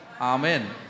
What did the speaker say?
Amen